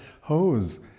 hose